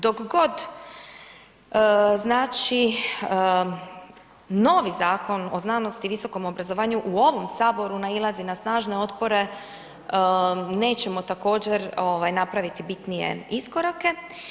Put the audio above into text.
Dok god, znači, novi zakon o znanosti i visokom obrazovanju u ovom Saboru nailazi na snažne otpore, nećemo također napraviti bitnije iskorake.